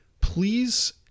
please